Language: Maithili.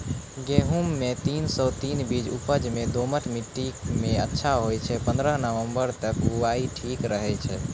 गेहूँम के तीन सौ तीन बीज उपज मे दोमट मिट्टी मे अच्छा होय छै, पन्द्रह नवंबर तक बुआई ठीक रहै छै